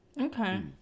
Okay